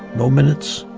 no minutes,